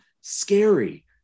Scary